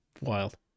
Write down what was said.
Wild